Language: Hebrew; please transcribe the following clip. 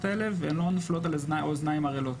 האלה והן לא נופלות על אוזניים ערלות.